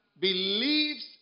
believes